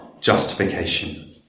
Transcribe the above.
justification